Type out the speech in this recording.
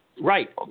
Right